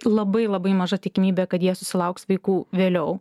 labai labai maža tikimybė kad jie susilauks vaikų vėliau